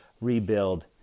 rebuild